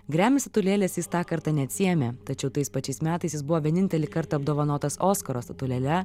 grammy statulėlės jis tą kartą neatsiėmė tačiau tais pačiais metais jis buvo vienintelį kartą apdovanotas oskaro statulėle